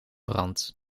brand